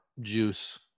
juice